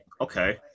okay